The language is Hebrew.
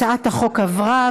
הצעת החוק עברה,